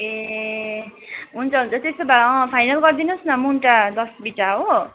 ए हुन्छ हुन्छ त्यसो भए फाइनल गरिदिनुहोस् न मुन्टा दस बिटा हो